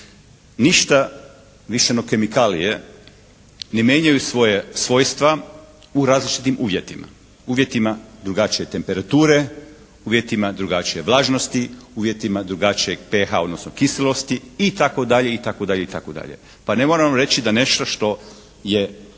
ništa više no kemikalije ne mijenjaju svoja svojstva u različitim uvjetima, uvjetima drugačije temperature, uvjetima drugačije vlažnosti. Uvjetima drugačije Ph, odnosno kiselosti, itd., itd. Pa ne moramo reći da nešto što je ima